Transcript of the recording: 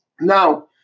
Now